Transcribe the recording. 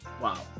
wow